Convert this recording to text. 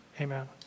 amen